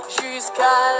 jusqu'à